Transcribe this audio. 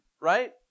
right